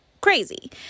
crazy